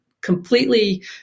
completely